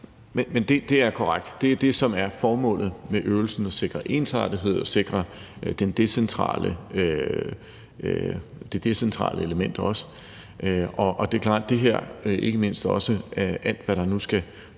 Det er korrekt. Det er det, som er formålet med øvelsen, nemlig at sikre ensartethed og også at sikre det decentrale element. Det er klart, at det her, ikke mindst alt, hvad der nu skal